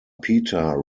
peter